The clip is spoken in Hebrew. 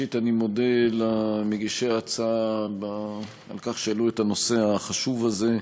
ראשית אני מודה למגישי ההצעה על כך שהעלו את הנושא החשוב הזה.